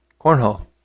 cornhole